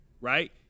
right